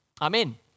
Amen